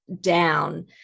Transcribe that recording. down